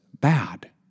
bad